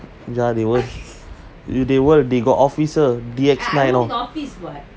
ya they won't they won't they got officer D_X nine you know